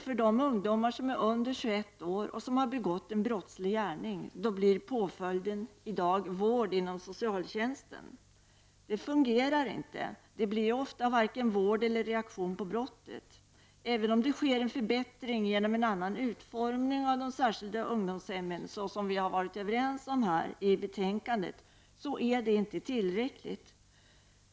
För ungdomar under 21 år som begått en brotts lig gärning blir i dag påföljden vård inom socialtjänsten. Det fungerar inte. Ofta blir det varken någon vård eller reaktion på brottet. Även om det sker en förbättring genom en annan utformning av de särskilda ungdomshemmen, såsom vi har varit överens om i betänkandet, är det inte tillräckligt.